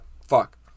fuck